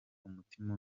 umutima